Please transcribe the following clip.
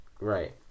right